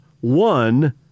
One